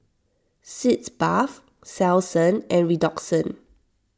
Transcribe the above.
Sitz Bath Selsun and Redoxon